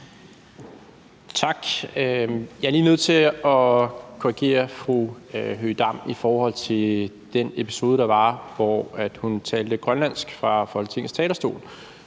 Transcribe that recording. Tak. Jeg er lige nødt til at korrigere fru Aki-Matilda Høegh-Dam i forhold til den episode, der var, hvor hun talte grønlandsk fra Folketingets talerstol.